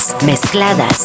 mezcladas